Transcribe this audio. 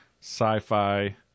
sci-fi